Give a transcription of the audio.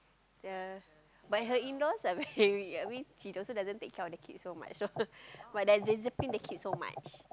the but her in laws like very I mean she also doesn't take care of the kids so much so but there's discipline the kids so much